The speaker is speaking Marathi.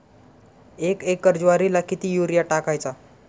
एक एकर ज्वारीला किती युरिया टाकायचा?